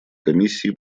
комиссии